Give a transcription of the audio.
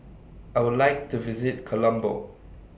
I Would like to visit Colombo